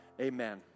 Amen